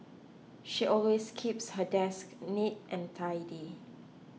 she always keeps her desk neat and tidy